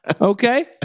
Okay